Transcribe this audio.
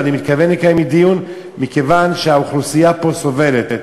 ואני מתכוון לקיים דיון מכיוון שהאוכלוסייה פה סובלת.